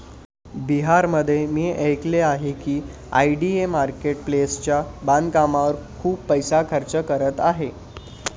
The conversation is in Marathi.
बिहारमध्ये मी ऐकले आहे की आय.डी.ए मार्केट प्लेसच्या बांधकामावर खूप पैसा खर्च करत आहे